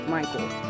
Michael